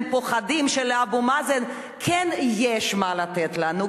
הם פוחדים שלאבו מאזן כן יש מה לתת לנו,